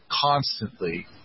constantly